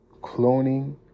cloning